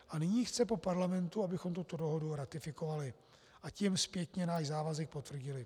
A nyní chce po Parlamentu, abychom tuto dohodu ratifikovali, a tím zpětně náš závazek potvrdili.